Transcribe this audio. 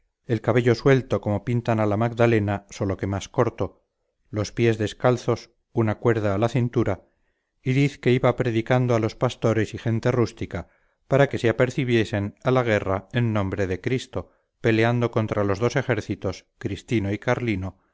el cabello suelto como pintan a la magdalena sólo que más corto los pies descalzos una cuerda a la cintura y diz que iba predicando a los pastores y gente rústica para que se apercibiesen a la guerra en nombre de cristo peleando contra los dos ejércitos cristino y carlino